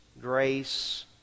grace